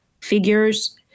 figures